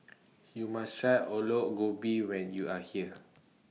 YOU must Try Aloo Gobi when YOU Are here